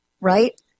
right